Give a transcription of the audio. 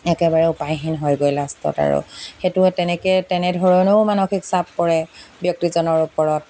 একেবাৰে উপায়হীন হৈ গৈ লাষ্টত আৰু সেইটোৱে তেনেকৈ তেনেধৰণেও মানসিক চাপ পৰে ব্যক্তিজনৰ ওপৰত